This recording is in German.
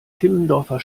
timmendorfer